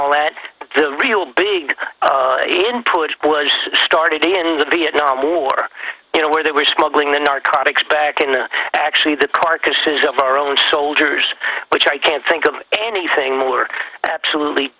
land the real big input was started in the vietnam war you know where they were smuggling the narcotics back into actually the carcasses of our own soldiers which i can't think of anything more absolutely